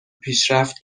پیشرفت